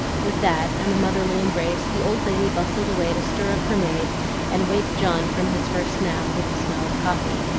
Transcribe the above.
with that and a motherly embrace, the old lady bustled away to stir up her maid and wake john from his first nap with the smell of coffee,